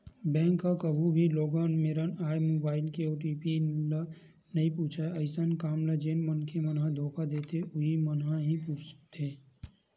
bank ह कभू भी लोगन मेरन आए मोबाईल के ओ.टी.पी ल नइ पूछय अइसन काम ल जेन मनखे मन ह धोखा देथे उहीं मन ह ही पूछथे